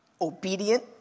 obedient